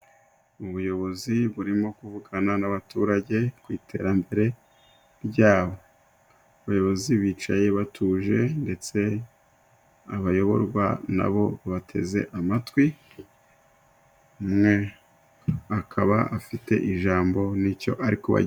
Ubuyobozi burimo kuvugana n'abaturage ku iterambere ryabo. Abayobozi bicaye batuje ndetse abayoborwa nabo bateze amatwi. Umwe akaba afite ijambo n'icyo arikubagezaho.